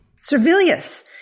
Servilius